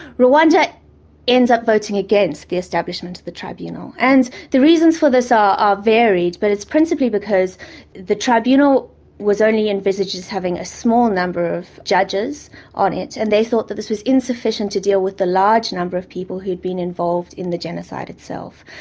rwanda ends up voting against the establishment of the tribunal. and the reasons for this are ah varied, but it's principally because the tribunal was only envisaged as having a small number of judges on it, and they thought that this was insufficient to deal with the large number of people who'd been involved in the genocide itself.